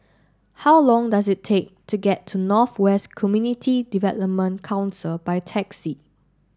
how long does it take to get to North West Community Development Council by taxi